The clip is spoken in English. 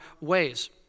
ways